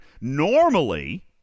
Normally